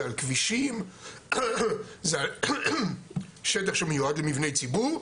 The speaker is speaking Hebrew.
זה על כבישים, זה על שטח שמיועד למבני ציבור,